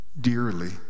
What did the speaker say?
dearly